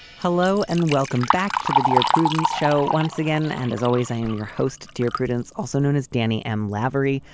hello and welcome back to the dear prudence show once again, and as always, i am your host, dear prudence, also known as danny m. lavery.